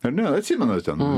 at atsimenat ten